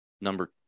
Number